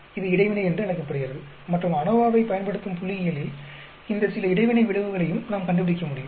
இது இடைவினை என அழைக்கப்படுகிறது மற்றும் அநோவாவைப் பயன்படுத்தும் புள்ளியியலில் இந்த சில இடைவினை விளைவுகளையும் நாம் கண்டுபிடிக்க முடியும்